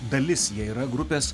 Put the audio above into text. dalis jie yra grupės